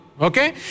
Okay